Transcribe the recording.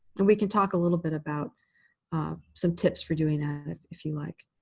and we can talk a little bit about some tips for doing that if if you like.